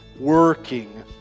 working